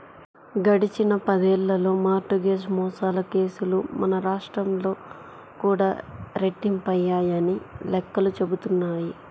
గడిచిన పదేళ్ళలో mortgage మోసాల కేసులు మన రాష్ట్రంలో కూడా రెట్టింపయ్యాయని లెక్కలు చెబుతున్నాయి